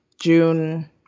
June